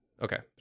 Okay